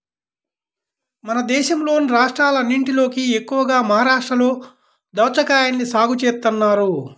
మన దేశంలోని రాష్ట్రాలన్నటిలోకి ఎక్కువగా మహరాష్ట్రలో దాచ్చాకాయల్ని సాగు చేత్తన్నారు